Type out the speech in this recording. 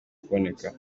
kuboneka